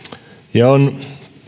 ja on